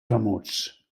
remots